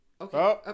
Okay